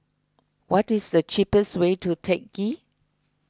what is the cheapest way to Teck Ghee